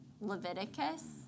Leviticus